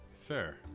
fair